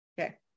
okay